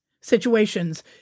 situations